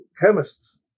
chemists